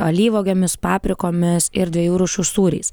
alyvuogėmis paprikomis ir dviejų rūšių sūriais